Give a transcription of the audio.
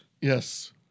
Yes